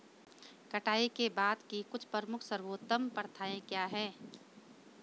कटाई के बाद की कुछ प्रमुख सर्वोत्तम प्रथाएं क्या हैं?